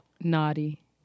Naughty